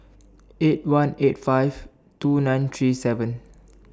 eight one eight five two nine three seven